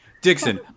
Dixon